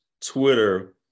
Twitter